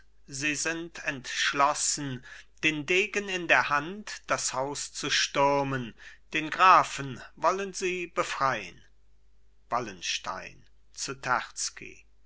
sie sind entschlossen den degen in der hand das haus zu stürmen den grafen wollen sie befrein wallenstein zu